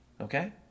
Okay